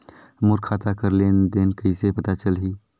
मोर खाता कर लेन देन कइसे पता चलही?